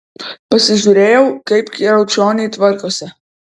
pasižiūrėjau kaip kriaučioniai tvarkosi